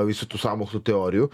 visų tų sąmokslų teorijų